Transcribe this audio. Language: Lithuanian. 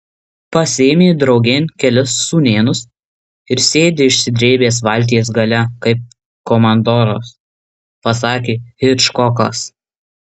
pasiėmė draugėn kelis sūnėnus ir sėdi išsidrėbęs valties gale kaip komandoras pasakė hičkokas